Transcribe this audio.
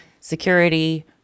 security